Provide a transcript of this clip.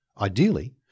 Ideally